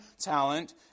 talent